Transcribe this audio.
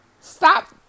Stop